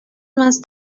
más